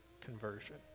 conversion